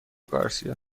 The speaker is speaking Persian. گارسیا